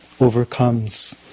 overcomes